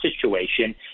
situation